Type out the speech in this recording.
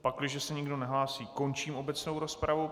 Pakliže se nikdo nehlásí, končím obecnou rozpravu.